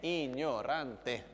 ignorante